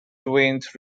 twins